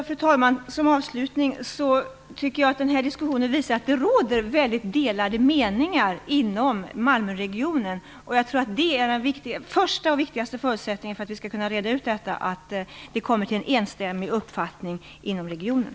Fru talman! Den här diskussionen visar att det råder väldigt delade meningar inom Malmöregionen, och jag tror att den första och viktigaste förutsättningen för att vi skall kunna reda ut detta är att man kommer fram till en enstämmig uppfattning inom regionen.